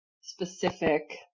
specific